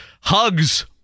hugs